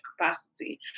capacity